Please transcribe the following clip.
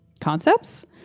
concepts